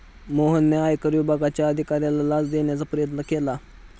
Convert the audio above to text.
मोहनने आयकर विभागाच्या अधिकाऱ्याला लाच देण्याचा प्रयत्न केला